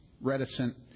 reticent